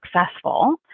successful